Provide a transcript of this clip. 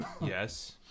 Yes